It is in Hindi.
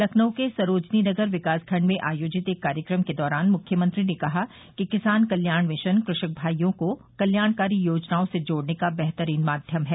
लखनऊ के सरोजनी नगर विकास खंड में आयोजित एक कार्यक्रम के दौरान मुख्यमंत्री ने कहा कि किसान कल्याण मिशन कृषक भाइयों को कल्याणकारी योजनाओं से जोड़ने का बेहतरीन माध्यम है